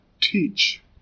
teach